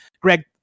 Greg